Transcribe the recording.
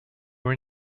were